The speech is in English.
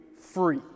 free